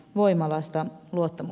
luottamus kärsi